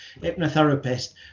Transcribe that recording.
hypnotherapist